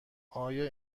آیا